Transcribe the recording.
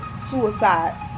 suicide